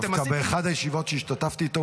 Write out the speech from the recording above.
דווקא באחת הישיבות שהשתתפתי איתו,